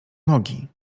nogi